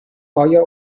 آیا